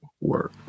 work